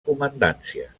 comandància